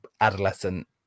adolescent